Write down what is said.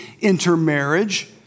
intermarriage